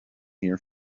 here